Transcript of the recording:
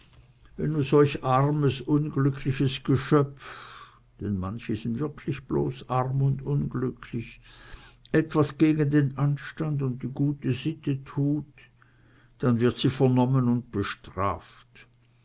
wenn nu solch armes und unglückliches geschöpf denn manche sind wirklich bloß arm und unglücklich etwas gegen den anstand und die gute sitte tut dann wird sie vernommen und bestraft